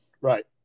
Right